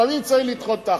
לפעמים צריך לדחות את ההחלטה.